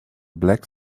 black